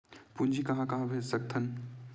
पूंजी कहां कहा भेज सकथन?